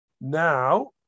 Now